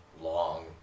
long